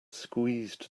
squeezed